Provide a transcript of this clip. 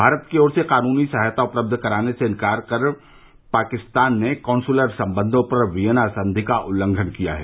भारत की ओर से कानूनी सहायता उपलब्ध कराने से इंकार कर पाकिस्तान ने कौंसुलर संबंधों पर वियना संधि का उल्लंघन किया है